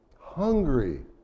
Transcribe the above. hungry